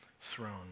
throne